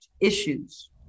issues